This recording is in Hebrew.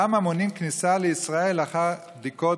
למה מונעים כניסה לישראל לאחר בדיקות